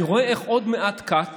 אני רואה איך עוד מעט קט